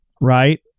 Right